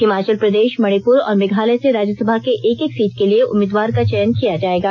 हिमाचल प्रदेश मणिपुर और मेघालय से राज्यसभा के एक एक सीट के लिए उम्मीदवार का चयन किया जाएगा